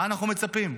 מה אנחנו מצפים?